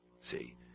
See